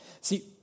See